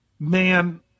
Man